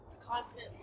constant